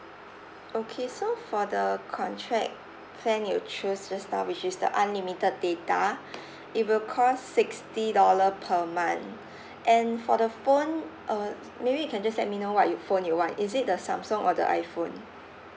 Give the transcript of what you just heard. okay so for the contract plan you choose just now which is the unlimited data it will cost sixty dollar per month and for the phone uh maybe you can just let me know what you phone you want is it the Samsung or the iPhone